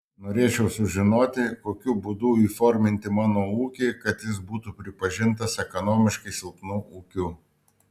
norėčiau sužinoti kokiu būdu įforminti mano ūkį kad jis būtų pripažintas ekonomiškai silpnu ūkiu